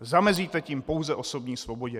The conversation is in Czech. Zamezíte tím pouze osobní svobodě.